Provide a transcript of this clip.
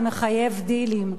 זה מחייב דילים.